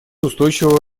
устойчивого